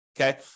Okay